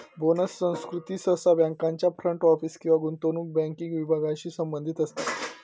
bonus संस्कृती सहसा बँकांच्या फ्रंट ऑफिस किंवा गुंतवणूक बँकिंग विभागांशी संबंधित असता